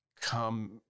come